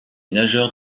nageur